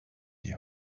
die